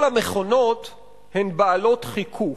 כל המכונות הן בעלות חיכוך,